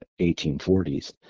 1840s